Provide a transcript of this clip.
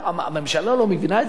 הממשלה לא מבינה את זה?